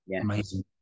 Amazing